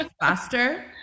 faster